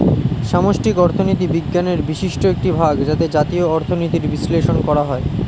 সামষ্টিক অর্থনীতি বিজ্ঞানের বিশিষ্ট একটি ভাগ যাতে জাতীয় অর্থনীতির বিশ্লেষণ করা হয়